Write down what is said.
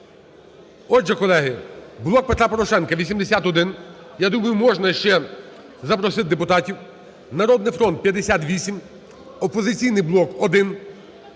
Отже, колеги, "Блок Петра Порошенка" – 81. Я думаю, можна ще запросити депутатів. "Народний фронт" – 58, "Опозиційний блок"